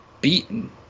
beaten